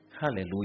Hallelujah